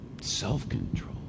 self-control